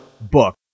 book